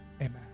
Amen